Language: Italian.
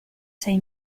sei